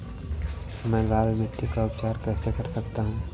मैं लाल मिट्टी का उपचार कैसे कर सकता हूँ?